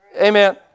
Amen